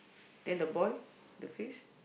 then the boy the face